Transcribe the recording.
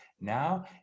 now